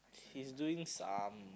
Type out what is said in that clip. he's doing some